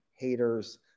haters